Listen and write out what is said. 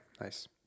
Nice